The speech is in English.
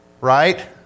right